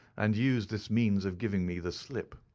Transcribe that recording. and used this means of giving me the slip.